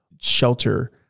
shelter